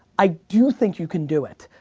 i do think you can do it.